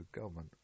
government